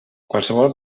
qualsevol